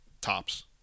tops